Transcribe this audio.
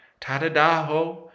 Tadadaho